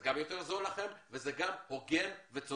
זה גם יותר זול לכם וזה גם הוגן וצודק.